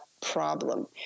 problem